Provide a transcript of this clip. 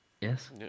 Yes